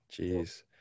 Jeez